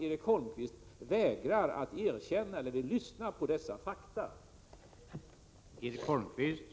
Erik Holmkvist verkar vägra att lyssna på dessa fakta.